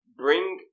bring